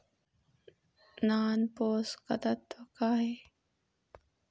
नान पोषकतत्व का हे?